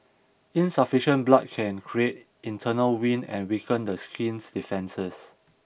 insufficient blood can create internal wind and weaken the skin's defences